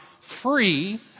free